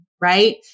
right